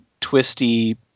twisty